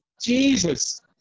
Jesus